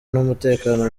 n’umutekano